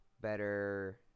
better